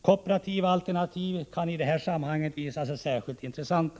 Kooperativa alternativ kan i de här sammanhangen visa sig särskilt intres — Nr 22 santa.